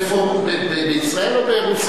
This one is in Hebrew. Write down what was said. איפה, בישראל או ברוסיה?